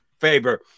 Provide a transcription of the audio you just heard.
favor